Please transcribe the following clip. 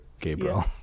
Gabriel